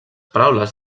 paraules